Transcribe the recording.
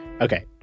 Okay